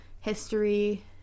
history